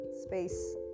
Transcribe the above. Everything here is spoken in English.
space